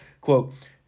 quote